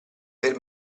per